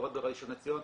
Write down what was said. בראשון לציון,